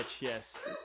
yes